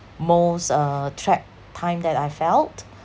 most uh trapped time that I felt